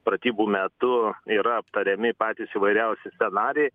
pratybų metu yra aptariami patys įvairiausi scenarijai